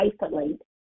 isolate